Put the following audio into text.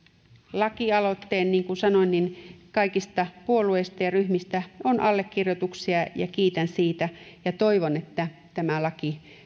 lakialoitteen niin kuin sanoin kaikista puolueista ja ryhmistä on allekirjoituksia ja kiitän siitä toivon että tämä